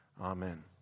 Amen